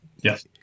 Yes